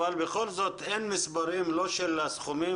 בכל זאת אין מספרים לא של הסכומים,